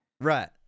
Right